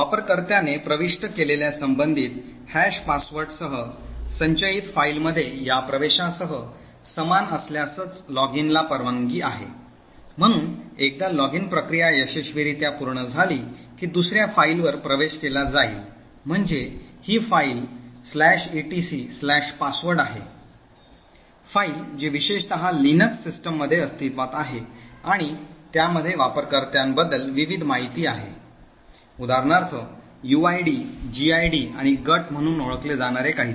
वापरकर्त्याने प्रविष्ट केलेल्या संबंधित हॅश password सह संचयित फाईलमध्ये या प्रवेशासह समान असल्यासच लॉगिनला परवानगी आहे म्हणून एकदा लॉगिन प्रक्रिया यशस्वीरित्या पूर्ण झाली की दुसर्या फाईलवर प्रवेश केला जाईल म्हणजे ही फाईल etcpassword आहे फाईल जी विशेषत लिनक्स सिस्टममध्ये अस्तित्वात आहे आणि त्यामध्ये वापरकर्त्याबद्दल विविध माहिती आहे उदाहरणार्थ यूआयडी ग्रिड uid gid आणि गट म्हणून ओळखले जाणारे काहीतरी